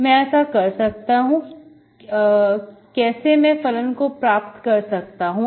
मैं ऐसा कैसे कर सकता हूं कैसे मैं फलन को प्राप्त कर सकता हूं